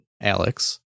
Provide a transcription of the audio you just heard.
Alex